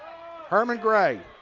herman gray,